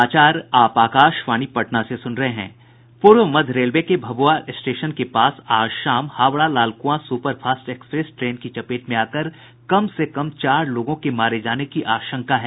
पूर्व मध्य रेलवे के भभूआ स्टेशन के पास आज शाम Howrah Lalkuan super fast express train की चपेट में आकर कम से कम चार लोगों के मारे जाने की आशंका है